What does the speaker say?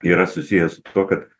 yra susiję su tuo kad